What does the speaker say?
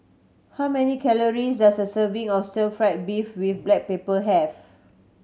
how many calories does a serving of stir fried beef with black pepper have